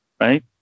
right